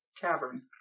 cavern